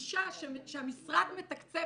אישה שהמשרד מתקצב,